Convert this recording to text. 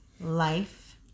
life